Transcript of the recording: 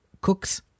cooks